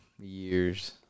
years